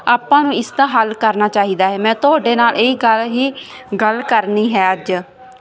ਆਪਾਂ ਨੂੰ ਇਸ ਦਾ ਹੱਲ ਕਰਨਾ ਚਾਹੀਦਾ ਹੈ ਮੈਂ ਤੁਹਾਡੇ ਨਾਲ ਇਹੀ ਕਾਰ ਹੀ ਗੱਲ ਕਰਨੀ ਹੈ ਅੱਜ